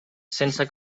sense